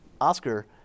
Oscar